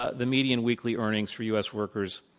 ah the median weekly earnings for us workers,